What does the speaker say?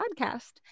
podcast